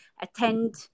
attend